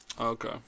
Okay